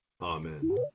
amen